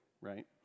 right